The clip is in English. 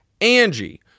Angie